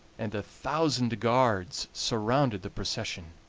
and a thousand guards surrounded the procession.